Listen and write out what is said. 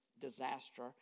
disaster